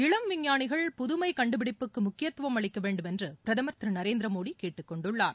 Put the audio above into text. இளம் விஞ்ஞானிகள் புதுமை கண்டுபிடிப்புக்கு முக்கியத்துவம் அளிக்க வேண்டும் என்று பிரதமர் திரு நரேந்திர மோடி கேட்டுக்கொண்டுள்ளார்